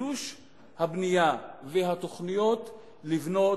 וחידוש הבנייה, והתוכניות לבנות,